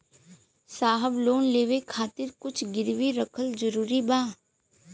साहब लोन लेवे खातिर कुछ गिरवी रखल जरूरी बा?